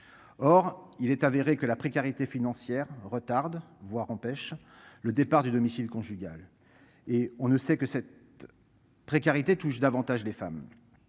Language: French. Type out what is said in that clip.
Or il est avéré que la précarité financière retarde, voire empêche le départ du domicile conjugal et on ne sait que cette. Précarité touche davantage les femmes.